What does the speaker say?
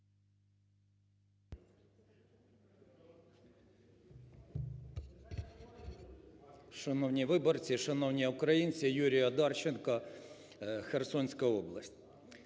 Шановні виборці! Шановні українці! Юрій Одарченко, Херсонська область.